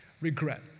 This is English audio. regret